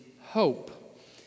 hope